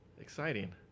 Exciting